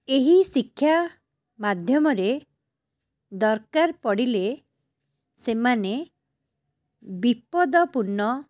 ଏହି ଶିକ୍ଷା ମାଧ୍ୟମରେ ଦରକାର ପଡ଼ିଲେ ସେମାନେ ବିପଦପୂର୍ଣ୍ଣ